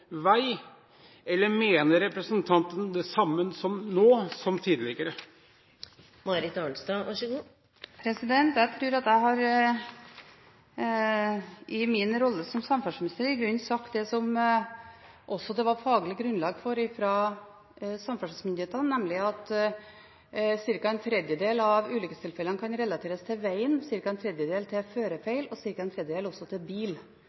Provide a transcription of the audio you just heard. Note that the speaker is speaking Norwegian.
vei, eller mener representanten det samme nå som tidligere? Jeg tror at jeg i min rolle som samferdselsminister i grunnen har sagt det som det også var faglig grunnlag for fra samferdselsmyndighetene, nemlig at ca. en tredjedel av ulykkestilfellene kan relateres til vegen, ca. en tredjedel til førerfeil og ca. en tredjedel til bil.